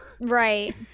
Right